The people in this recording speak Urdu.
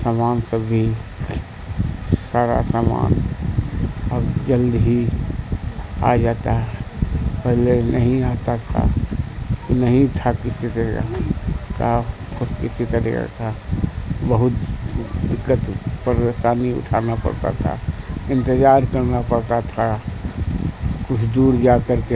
سامان سبھی سارا سامان اب جلد ہی آ جاتا ہے پہلے نہیں آتا تھا نہیں تھا کسی طریقے کا تھا کسی طریقے کا بہت دقت پریشانی اٹھانا پڑتا تھا انتظار کرنا پڑتا تھا کچھ دور جا کر کے